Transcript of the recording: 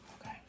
Okay